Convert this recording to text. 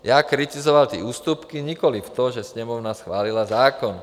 Já kritizoval ty ústupky, nikoliv to, že Sněmovna schválila zákon.